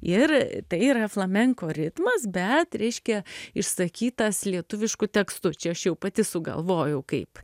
ir tai yra flamenko ritmas bet reiškia išsakytas lietuvišku tekstu čia aš jau pati sugalvojau kaip